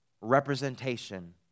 representation